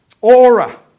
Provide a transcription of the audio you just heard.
aura